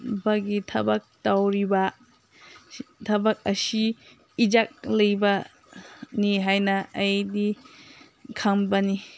ꯎꯕꯒꯤ ꯊꯕꯛ ꯇꯧꯔꯤꯕ ꯊꯕꯛ ꯑꯁꯤ ꯏꯖꯠ ꯂꯩꯕꯅꯤ ꯍꯥꯏꯅ ꯑꯩꯗꯤ ꯈꯟꯕꯅꯤ